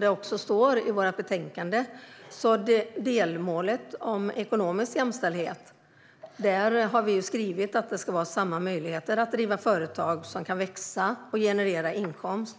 det också står i vårt betänkande ingår det i delmålet om ekonomiskt jämställdhet att det ska vara samma möjligheter att driva företag som kan växa och generera inkomst.